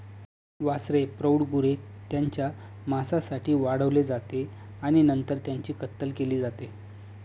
वासरे प्रौढ गुरे त्यांच्या मांसासाठी वाढवली जाते आणि नंतर त्यांची कत्तल केली जाते